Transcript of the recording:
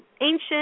ancient